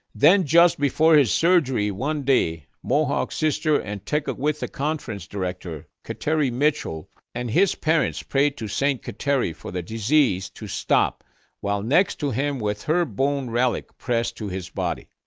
then just before his surgery one day, mohawk sister and tekakwitha conference director kateri mitchell and his parents prayed to st. kateri for the disease to stop while next to him with her bone relic pressed to his body.